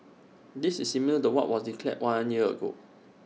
this is similar to what was declared one year ago